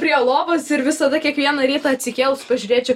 prie lovos ir visada kiekvieną rytą atsikėlus pažiūrėčiau